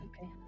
Okay